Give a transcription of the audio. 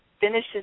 finishes